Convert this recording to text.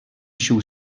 ҫул